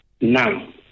Now